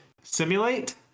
simulate